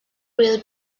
rail